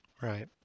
right